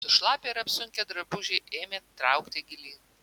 sušlapę ir apsunkę drabužiai ėmė traukti gilyn